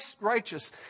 righteous